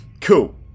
Cool